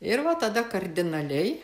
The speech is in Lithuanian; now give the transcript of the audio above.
ir va tada kardinaliai